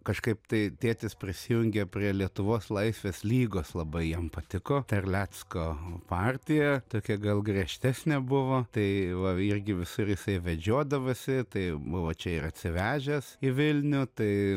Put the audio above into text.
kažkaip tai tėtis prisijungė prie lietuvos laisvės lygos labai jam patiko terlecko partija tokia gal griežtesnė buvo tai irgi visur jisai vedžiodavosi tai buvo čia ir atsivežęs į vilnių tai